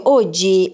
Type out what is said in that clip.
oggi